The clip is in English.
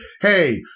hey